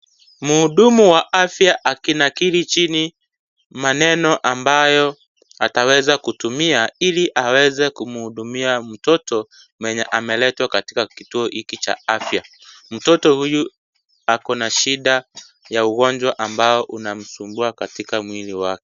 Muudumu wa afya akinakili chini, maneno ambayo, atatumia ili aweze kumuhudumia mtoto, mwenye ameletwa katika kituo hiki cha afya, mtoto huyu ako na shida ya ugonjqa ambao unamsumbua katika mwili wak.